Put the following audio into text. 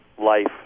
life